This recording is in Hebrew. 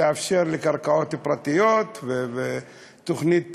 לאפשר לקרקעות פרטיות ותוכנית פינוי-בינוי.